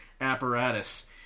apparatus